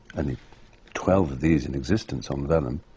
only twelve of these in existence on vellum,